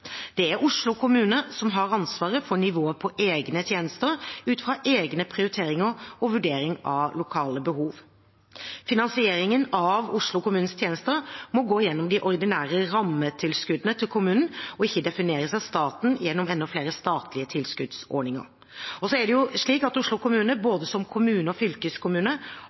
Det er Oslo kommune som har ansvaret for nivået på egne tjenester, ut fra egne prioriteringer og vurdering av lokale behov. Finansieringen av Oslo kommunes tjenester må gå gjennom de ordinære rammetilskuddene til kommunen og ikke defineres av staten gjennom enda flere statlige tilskuddsordninger. Oslo kommune, både som kommune og